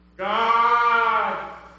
God